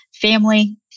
family